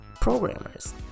programmers